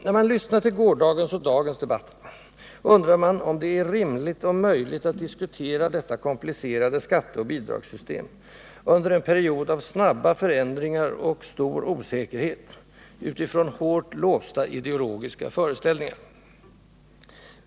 När man lyssnat till gårdagens och dagens debatter undrar man om det är rimligt och möjligt att diskutera detta komplicerade skatteoch bidragssystem, under en period av snabba förändringar och stor osäkerhet, utifrån hårt låsta ideologiska föreställningar.